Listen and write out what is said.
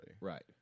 Right